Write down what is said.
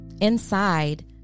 Inside